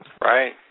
Right